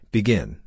Begin